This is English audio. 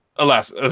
Alas